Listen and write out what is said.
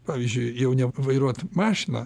pavyzdžiui jauniem vairuot mašiną